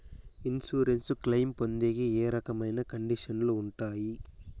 Insurance claim పొందేకి ఏ రకమైన కండిషన్లు ఉంటాయి?